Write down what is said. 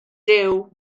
duw